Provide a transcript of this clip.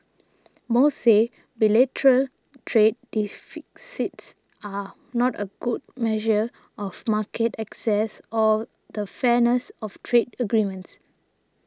most say bilateral trade deficits are not a good measure of market access or the fairness of trade agreements